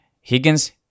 Higgins